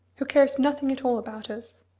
who cares nothing at all about us.